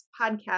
Podcast